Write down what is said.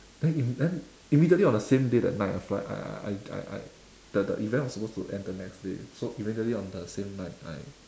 then imme~ then immediately on the same day that night after that I I I I I the event was supposed to end the next so immediately on the same night I